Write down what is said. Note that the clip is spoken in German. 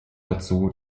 dazu